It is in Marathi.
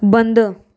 बंद